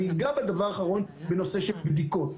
דבר אחרון שאגע בו הוא נושא של בדיקות,